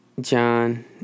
John